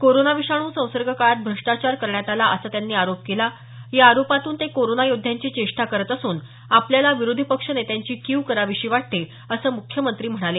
corona विषाणू संसर्ग काळात भ्रष्टाचार करण्यात आला असा त्यांनी आरोप केला या आरोपातून ते कोरोना योद्ध्यांची चेष्टा करत असून आपल्याला विरोधी पक्ष नेत्यांची कीव करावीशी वाटते असं मुख्यमंत्री म्हणाले